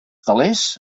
telers